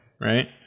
right